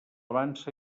vansa